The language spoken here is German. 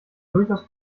durchaus